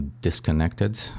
disconnected